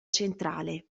centrale